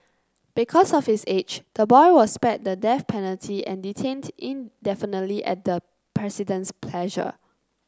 because of his age the boy was spared the death penalty and detained indefinitely at the President's pleasure